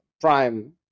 prime